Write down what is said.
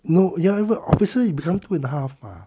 no if you are a officer you become two and a half [what]